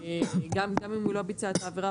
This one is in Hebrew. גם אם הוא לא ביצע את העבירה